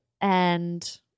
And-